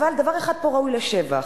אבל דבר אחד פה ראוי לשבח,